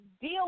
deal